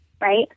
right